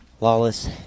Lawless